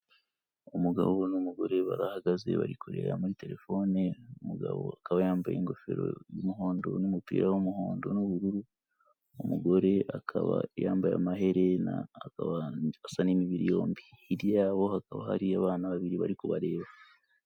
Umugabo n'umugore barahagaze bari kureba muri telefone, umugabo akaba yambaye ingofero y'umuhondo n'umupira w'umuhondo n'ubururu, umugore akaba yambaye amaherena akaba asa n'imibiri yombi. Hirya habo hakaba hari abana babiri bari kubareba.